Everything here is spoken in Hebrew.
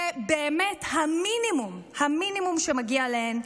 זה באמת המינימום, המינימום שמגיע להן.